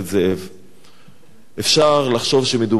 אפשר לחשוב שמדובר פה במאבק על קרקעות.